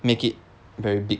make it very big